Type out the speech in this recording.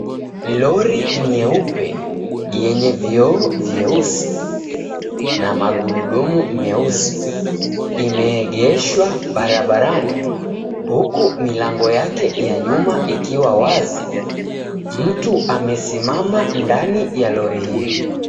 Lori nyeupe yenye vioo vyeusi na magurudumu meusi imeegeshwa barabarani huku milango yake ya nyuma ikiwa wazi. Mtu amesimama ndani ya lori hio.